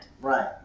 right